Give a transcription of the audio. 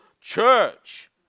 church